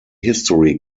history